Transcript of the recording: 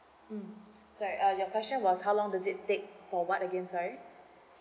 mm sorry uh your question was how long does it take for what again sorry